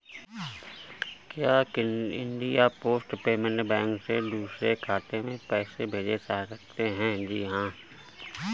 क्या India post payment bank से दूसरे खाते में पैसे भेजे जा सकते हैं?